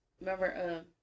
Remember